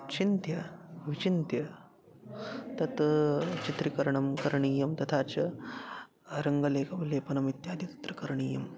चिन्त्य विचिन्त्य तत् चित्रीकरणं करणीयं तथा च रङ्गलेखं लेपनम् इत्यादि तत्र करणीयम्